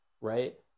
right